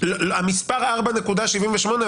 המספר 4.78,